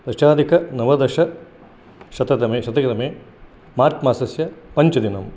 दशाधिकनवदशशततमेशतकतमे March मासस्य पञ्चदिनम्